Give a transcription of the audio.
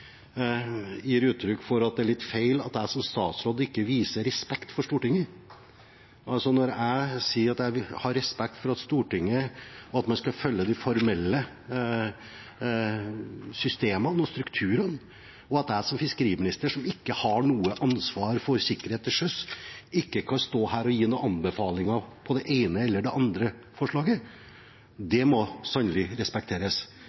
gir uttrykk for at det er litt feil at jeg som statsråd ikke viser respekt for Stortinget. Når jeg sier at jeg vil ha respekt for at man skal følge de formelle systemene og strukturene, og at jeg som fiskeriminister, som ikke har noe ansvar for sikkerheten til sjøs, ikke kan stå her og gi noen anbefalinger om det ene eller det andre forslaget, må det sannelig respekteres.